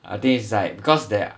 I think is like because there